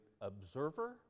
observer